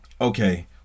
Okay